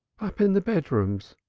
up in the bedrooms,